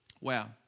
Wow